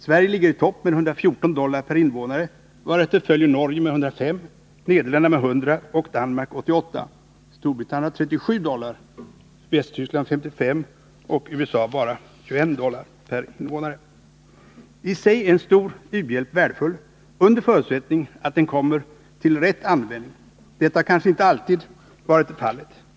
Sverige ligger i topp med 114 dollar per invånare, varefter följer Norge med 105 dollar, Nederländerna med 100 dollar och Danmark med 88 dollar. Storbritannien har 37 dollar, Västtyskland 55 dollar och USA 21 dollar per invånare. I sig är en stor u-landshjälp värdefull under förutsättning att den kommer till rätt användning. Detta har kanske inte alltid varit fallet.